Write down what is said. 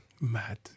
mad